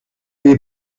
les